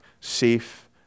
safe